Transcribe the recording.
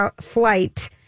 flight